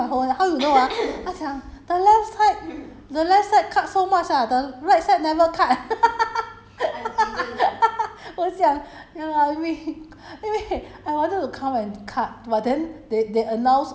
aunty you you cut your own hair ah 我讲 uh I cut my own how you know ah 她讲 the left side the left side cut so much ah the right side never cut 我就讲 ya lah 因为